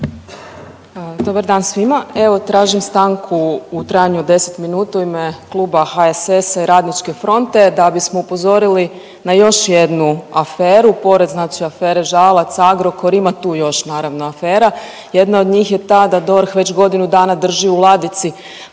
Dobar dan svima. Evo tražim stanku u trajanju od 10 minuta u ime Kluba HSS-a i Radničke fronte da bismo upozorili na još jednu aferu, pored znači afere Žalac, Agrokor, ima tu još naravno afera. Jedna od njih je ta da DORH već godinu dana drži u ladici